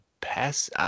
pass